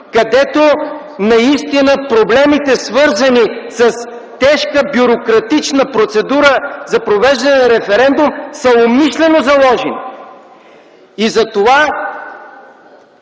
която наистина проблемите, свързани с тежка бюрократична процедура за провеждане на референдум, са умишлено заложени. И затова